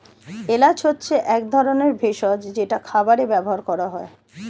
এলাচ হচ্ছে এক ধরনের ভেষজ যেটা খাবারে ব্যবহার করা হয়